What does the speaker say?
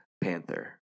Panther